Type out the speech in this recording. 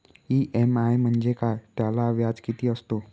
EMI म्हणजे काय? त्याला व्याज किती असतो?